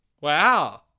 Wow